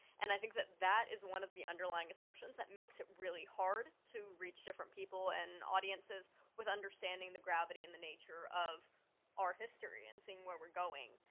and i think that that is one of the underlying assumptions that makes it really hard to reach different people and audiences with understanding the gravity and the nature of our history, and seeing where we're going.